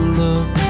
look